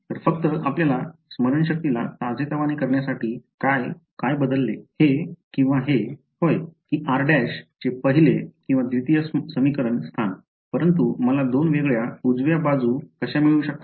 तर फक्त आपल्या स्मरणशक्तीला ताजेतवाने करण्यासाठी काय हे बदलले हे किंवा हे होय की r' चे पहिले किंवा द्वितीय समीकरण स्थान परंतु मला दोन वेगळ्या उजव्या बाजू कशा मिळू शकतात